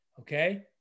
Okay